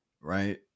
right